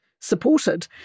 supported